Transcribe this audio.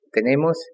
Tenemos